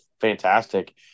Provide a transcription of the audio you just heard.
fantastic